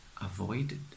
avoided